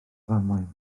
ddamwain